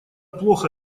плохо